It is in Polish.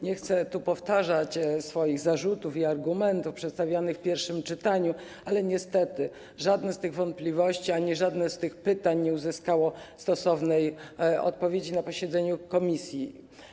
Nie chcę tu powtarzać swoich zarzutów i argumentów przedstawianych w pierwszym czytaniu, ale niestety żadna z tych wątpliwości ani żadne z tych pytań nie uzyskały stosownej odpowiedzi na posiedzeniu komisji.